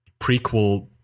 prequel